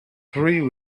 three